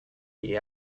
die